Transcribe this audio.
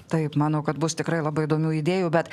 taip manau kad bus tikrai labai įdomių idėjų bet